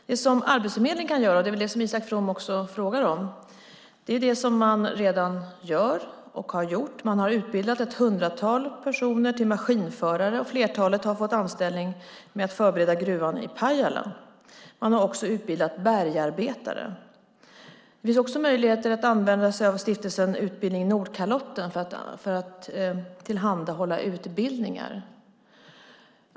Det som Arbetsförmedlingen kan göra - och det är väl det Isak From frågar efter - är det som man redan gör och har gjort. Man har utbildat ett hundratal personer till maskinförare. Flertalet har fått anställning för att förbereda gruvan i Pajala. Man har också utbildat bergarbetare. Det finns också möjligheter att använda sig av Stiftelsen Utbildning Nordkalotten för att tillhandahålla utbildningar.